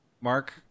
Mark